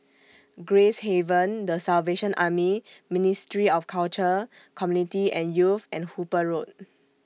Gracehaven The Salvation Army Ministry of Culture Community and Youth and Hooper Road